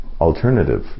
alternative